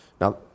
Now